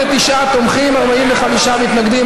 29 תומכים, 45 מתנגדים.